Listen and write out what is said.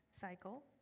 cycle